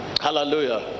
Hallelujah